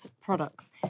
products